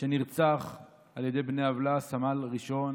שנרצח על ידי בני עוולה, סמל ראשון